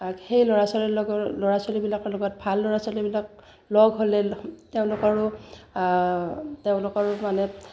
সেই ল'ৰা ছোৱালীৰ লগৰ ল'ৰা ছোৱালীবিলাকৰ লগত ভাল ল'ৰা ছোৱালীবিলাক লগ হ'লে তেওঁলোকৰো তেওঁলোকৰো মানে